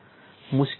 મુશ્કેલીઓ જુઓ